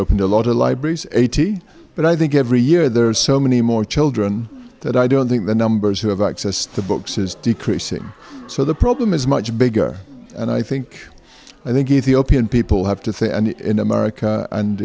opened a lot of libraries eighty but i think every year there are so many more children that i don't think the numbers who have access to books is decreasing so the problem is much bigger and i think i think ethiopian people have to think and in america and